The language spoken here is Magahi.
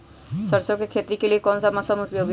सरसो की खेती के लिए कौन सा मौसम उपयोगी है?